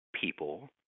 people